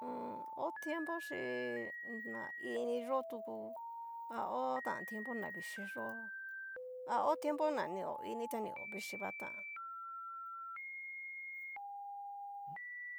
Mmmm ho tiempo xhi na ini yo'o tu a ho tan tiempo xhi na vichi yó ha ho tiempo ña ni ho ini ta ni ovichii v tán.